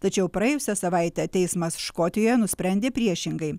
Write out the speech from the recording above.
tačiau praėjusią savaitę teismas škotijoje nusprendė priešingai